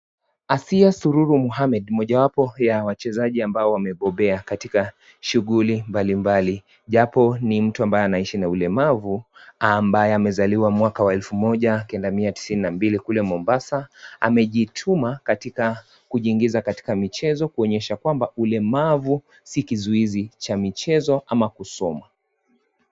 Asiya Sururu Mohammmed moja wapo ya wachezaji ambao wamebobea katika shughuli mbalimbali japo ni mtu ambaye anaishi na ulemavu ambaye amezaliwa mwaka wa elfu moja kendamia tisini na mbili kule Mombasa, amejituma kujiingiza katika michezo kuonyesha kwamba ulemavu si kizuizi cha michezo ama kusoma.